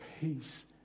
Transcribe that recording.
peace